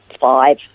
five